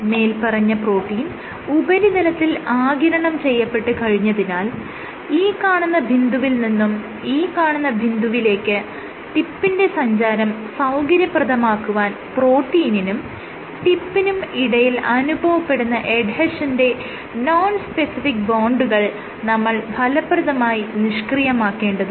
മേല്പറഞ്ഞ പ്രോട്ടീൻ ഉപരിതലത്തിൽ ആഗിരണം ചെയ്യപ്പെട്ട് കഴിഞ്ഞതിനാൽ ഈ കാണുന്ന ബിന്ദുവിൽ നിന്നും ഈ കാണുന്ന ബിന്ദുവിലേക്ക് ടിപ്പിന്റെ സഞ്ചാരം സൌകര്യപ്രദമാക്കുവാൻ പ്രോട്ടീനിനും ടിപ്പിനും ഇടയിൽ അനുഭവപ്പെടുന്ന എഡ്ഹെഷന്റെ നോൺ സ്പെസിഫിക് ബോണ്ടുകൾ നമ്മൾ ഫലപ്രദമായി നിഷ്ക്രിയമാക്കേണ്ടതുണ്ട്